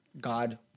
God